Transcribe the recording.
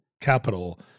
capital